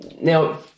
Now